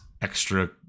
extra